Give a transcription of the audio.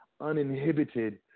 uninhibited